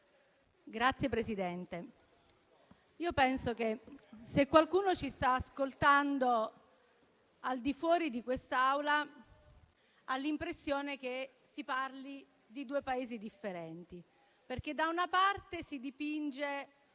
Signor Presidente, io penso che, se qualcuno ci sta ascoltando al di fuori di questa Aula, ha l'impressione che si parli di due Paesi differenti. Da una parte, si dipinge